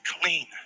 clean